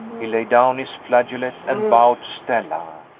he laid down his flageolet and bowed to stella.